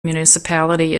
municipality